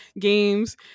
games